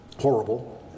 horrible